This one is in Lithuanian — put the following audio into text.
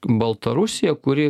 baltarusija kuri